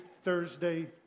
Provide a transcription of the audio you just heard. Thursday